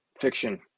fiction